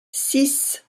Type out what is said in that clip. six